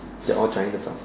they're all China plugs